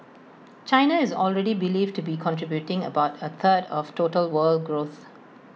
China is already believed to be contributing about A third of total world growth